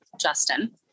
Justin